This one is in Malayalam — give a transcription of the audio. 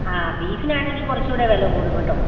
ആ ബീഫിനാണെങ്കില് കുറച്ചും കൂടെ വില കൂടും കേട്ടോ